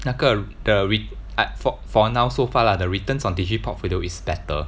那个 the re~ at for for now so far lah the returns on digi portfolio is better